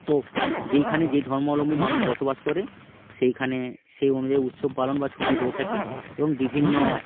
তো যেইখানে যেই ধর্মালম্বী মানুষ বসবাস করে সেইখানে সেই অনুযায়ী উৎসব পালন বা ছুটি হয়ে থাকে এবং বিভিন্ন